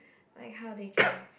like how they can